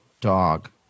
dog